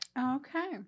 Okay